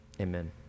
Amen